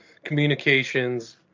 communications